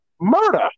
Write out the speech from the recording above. murder